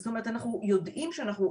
זאת אומרת אנחנו יודעים שאנחנו,